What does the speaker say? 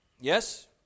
Yes